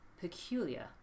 peculiar